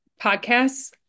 Podcasts